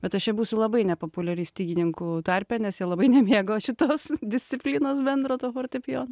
bet aš čia būsiu labai nepopuliari stygininkų tarpe nes jie labai nemėgo šitos disciplinos bendro to fortepijono